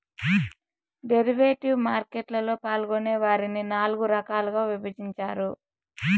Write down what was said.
derivative market లలో పాల్గొనే వారిని నాల్గు రకాలుగా విభజించారు